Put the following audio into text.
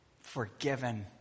forgiven